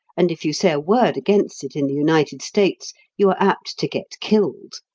and if you say a word against it in the united states you are apt to get killed.